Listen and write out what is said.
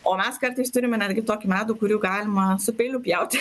o mes kartais turime netgi tokį medų kur jau galima su peiliu pjauti